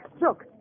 Look